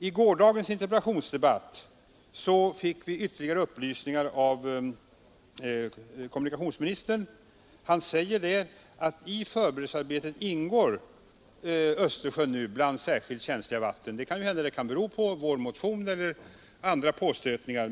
I gårdagens interpellationsdebatt fick "vi ytterligare upplysningar av kommunikationsministern. Han sade då att i förberedelsearbetet ingår nu Östersjön bland särskilt känsliga vattenområden. Det kanske kan bero på vår motion eller på andra påstötningar.